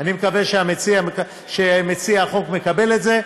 אני מקווה שמציע החוק מקבל את זה.